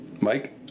Mike